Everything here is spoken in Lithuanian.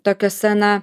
tokiose na